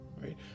right